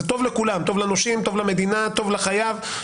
זה טוב לכולם לנושים, למדינה, לחייב.